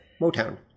Motown